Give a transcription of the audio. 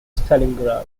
stalingrad